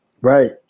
right